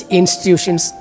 institutions